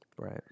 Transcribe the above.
Right